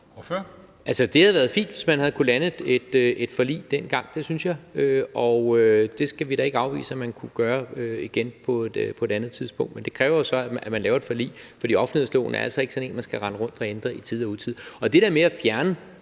Det havde været fint, hvis man havde kunnet lande et forlig dengang. Det synes jeg, og det skal vi ikke afvise at man kunne gøre igen på et andet tidspunkt. Men det kræver jo så, at man laver et forlig. For offentlighedsloven er altså ikke sådan en, man skal rende rundt og ændre i tide og utide. Og det der med at fjerne